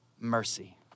mercy